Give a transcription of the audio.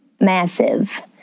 massive